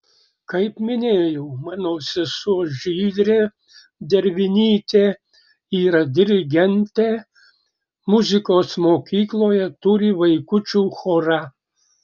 kaip minėjau mano sesuo žydrė dervinytė yra dirigentė muzikos mokykloje turi vaikučių chorą